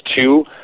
two